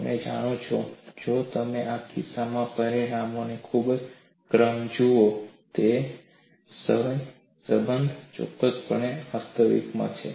તેમ છતાં જો તમે આ કિસ્સામાં પરિમાણોનો ક્રમ જુઓ તો એક સહસંબંધ ચોક્કસપણે અસ્તિત્વમાં છે